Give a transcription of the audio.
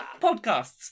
Podcasts